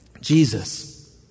Jesus